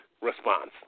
response